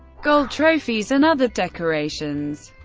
gold trophies and other decorations.